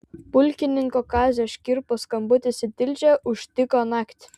pulkininko kazio škirpos skambutis į tilžę užtiko naktį